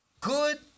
good